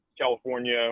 California